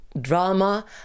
drama